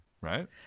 Right